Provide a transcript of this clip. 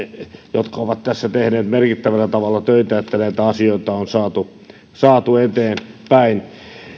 jotka ovat tässä tehneet merkittävällä tavalla töitä että näitä asioita on saatu saatu eteenpäin